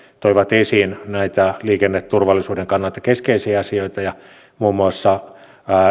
toivat esiin näitä liikenneturvallisuuden kannalta keskeisiä asioita ja muun muassa